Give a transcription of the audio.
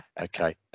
okay